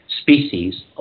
species